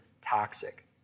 toxic